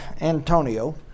Antonio